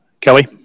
Kelly